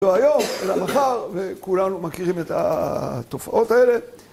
זהו היום, אלא מחר, וכולנו מכירים את התופעות האלה.